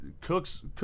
Cook's